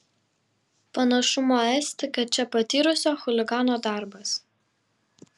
panašumo esti kad čia patyrusio chuligano darbas